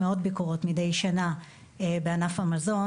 מאות ביקורות מדי שנה בענף המזון,